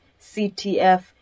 CTF